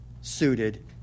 suited